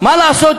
מה לעשות,